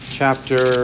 chapter